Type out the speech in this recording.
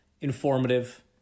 informative